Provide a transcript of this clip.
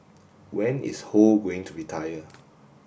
when is Ho going to retire